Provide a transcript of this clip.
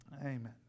Amen